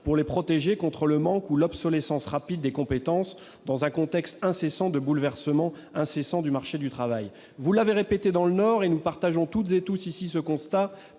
pour les protéger contre le manque de compétences ou l'obsolescence rapide de celles-ci dans un contexte de bouleversements incessants du marché du travail. Vous l'avez répété dans le Nord, et nous partageons toutes et tous ici ce constat,